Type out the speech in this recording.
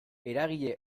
eragile